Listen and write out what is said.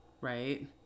Right